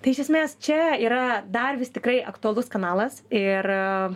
tai iš esmės čia yra dar vis tikrai aktualus kanalas ir